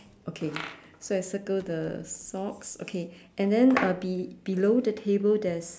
okay so I circle the socks okay and then uh be~ below the table there's